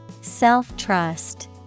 Self-trust